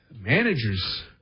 manager's